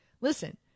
listen